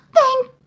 Thank